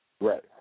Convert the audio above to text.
Right